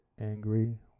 angry